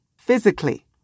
physically